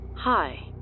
Hi